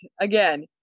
Again